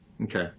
Okay